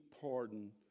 pardon